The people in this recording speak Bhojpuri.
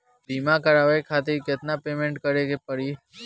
बीमा करावे खातिर केतना पेमेंट करे के पड़ी?